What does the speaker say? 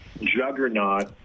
juggernaut